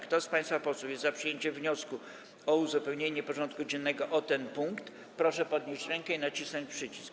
Kto z państwa posłów jest za przyjęciem wniosku o uzupełnienie porządku dziennego o ten punkt, proszę podnieść rękę i nacisnąć przycisk.